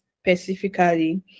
specifically